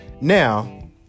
Now